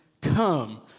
come